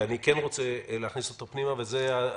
ואני כן רוצה להכניס אותו פנימה והוא הסיפור